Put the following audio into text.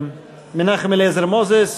מנחם אליעזר מוזס,